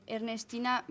Ernestina